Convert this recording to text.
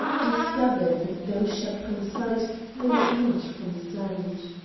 discovered that though shut from sight i was not from sound.